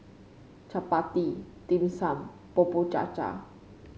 chappati Dim Sum Bubur Cha Cha